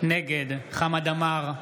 נגד חמד עמאר,